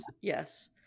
yes